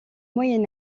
moyen